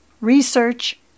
Research